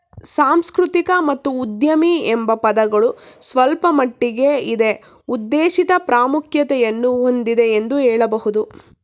ಸಾಂಸ್ಕೃತಿಕ ಮತ್ತು ಉದ್ಯಮಿ ಎಂಬ ಪದಗಳು ಸ್ವಲ್ಪಮಟ್ಟಿಗೆ ಇದೇ ಉದ್ದೇಶಿತ ಪ್ರಾಮುಖ್ಯತೆಯನ್ನು ಹೊಂದಿದೆ ಎಂದು ಹೇಳಬಹುದು